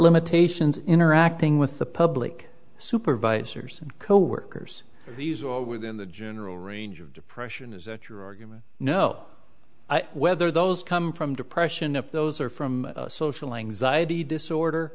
limitations interacting with the public supervisors and coworkers within the general range of depression is that your argument know whether those come from depression of those or from social anxiety disorder